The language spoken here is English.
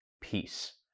peace